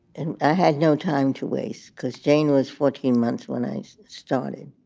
and i had no time to waste because jane was fourteen months when i started,